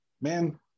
man